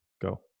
go